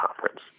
Conference